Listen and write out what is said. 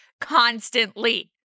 constantly